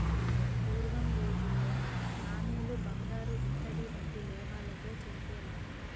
పూర్వం రోజుల్లో నాణేలు బంగారు ఇత్తడి వంటి లోహాలతో చేసేవారు